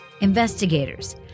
investigators